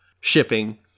shipping